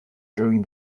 during